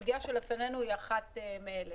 הסוגיה שלפנינו היא אחת מאלה.